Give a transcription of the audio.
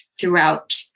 throughout